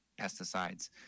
pesticides